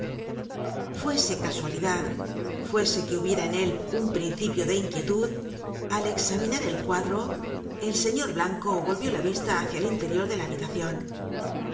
fuese casualidad fuese que hubiera en él un principio de inquietud al examinar el cuadro el señor blanco volvió la vista hacia el interior de la habitacion